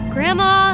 Grandma